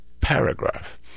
paragraph